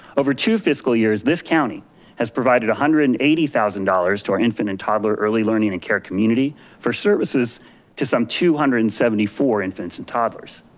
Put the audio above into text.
over two fiscal years this county has provided one hundred and eighty thousand dollars to our infant and toddler early learning and care community for services to some two hundred and seventy four infants and toddlers.